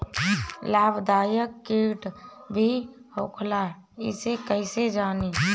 लाभदायक कीड़ा भी होखेला इसे कईसे जानी?